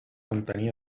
contenir